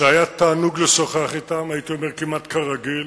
שהיה תענוג לשוחח אתם, הייתי אומר כמעט כרגיל,